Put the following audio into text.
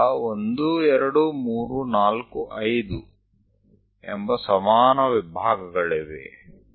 ಈಗ 1 2 3 4 5 ಎಂಬ ಸಮಾನ ಭಾಗಗಳಿವೆ